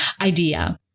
idea